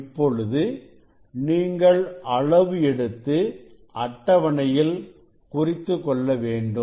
இப்பொழுது நீங்கள் அளவு எடுத்து அட்டவணையில் குறித்துக்கொள்ள வேண்டும்